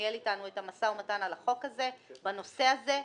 שניהל אתנו את המשא ומתן על החוק הזה בנושא הזה,